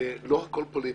שלא הכול פוליטיקה.